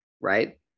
right